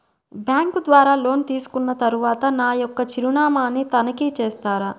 Bank ద్వారా loan తీసుకున్న తరువాత నా యొక్క చిరునామాని తనిఖీ చేస్తారా?